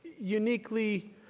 uniquely